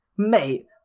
Mate